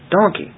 donkey